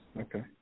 Okay